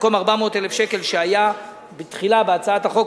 במקום 400,000 ש"ח שהיה בתחילה בהצעת החוק,